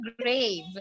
grave